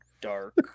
dark